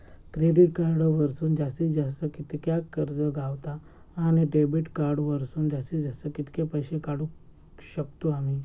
Credit card वरसून जास्तीत जास्त कितक्या कर्ज गावता, आणि डेबिट कार्ड वरसून जास्तीत जास्त कितके पैसे काढुक शकतू आम्ही?